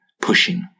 pushing